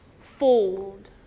fold